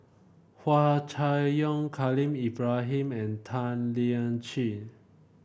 Hua Chai Yong Khalil Ibrahim and Tan Lian Chye